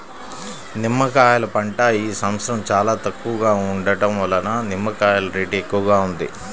నిమ్మకాయల పంట ఈ సంవత్సరం చాలా తక్కువగా ఉండటం వలన నిమ్మకాయల రేటు ఎక్కువగా ఉంది